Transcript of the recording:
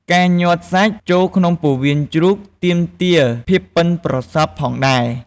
ការញាត់សាច់ ចូលក្នុងពោះវៀនជ្រូកទាមទារភាពប៉ិនប្រសប់ផងដែរ។